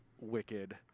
Wicked